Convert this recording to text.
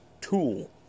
tool